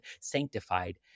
sanctified